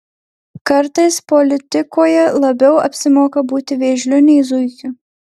kartais politikoje labiau apsimoka būti vėžliu nei zuikiu